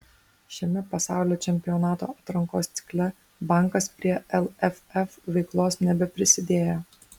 šiame pasaulio čempionato atrankos cikle bankas prie lff veiklos nebeprisidėjo